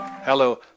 Hello